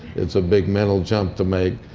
it's a big mental jump to make.